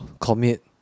commit